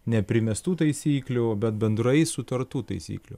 ne primestų taisyklių bet bendrai sutartų taisyklių